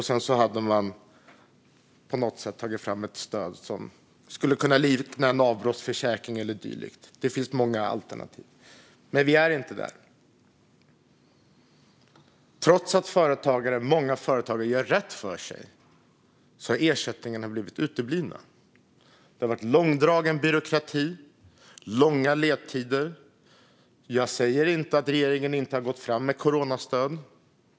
Sedan hade man kunnat ta fram ett stöd liknande en avbrottsförsäkring eller dylikt. Det finns många alternativ. Men vi är inte där. Trots att många företagare gör rätt för sig har ersättningarna uteblivit. Det har varit en långdragen byråkrati och långa ledtider. Jag säger inte att regeringen inte har gått fram med coronastöd.